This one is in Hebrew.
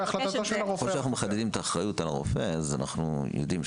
ככל שאנחנו מחדדים את האחריות על הרופא אנחנו יודעים.